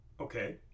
Okay